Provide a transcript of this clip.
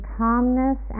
calmness